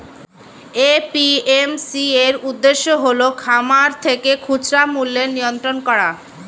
APMC এর উদ্দেশ্য হল খামার থেকে খুচরা মূল্যের নিয়ন্ত্রণ করা